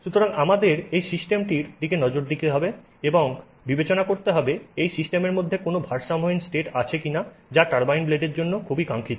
সুতরাং আমাদেরকে এই সিস্টেমটির দিকে নজর দিতে হবে এবং বিবেচনা করতে হবে এই সিস্টেমের মধ্যে কোনও ভারসাম্যহীন স্টেট আছে কিনা যা টারবাইন ব্লেডের জন্য খুবই কাঙ্ক্ষিত